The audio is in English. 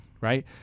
Right